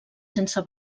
sense